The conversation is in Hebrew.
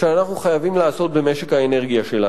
שאנחנו חייבים לעשות במשק האנרגיה שלנו.